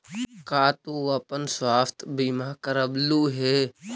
का तू अपन स्वास्थ्य बीमा करवलू हे?